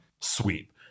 sweep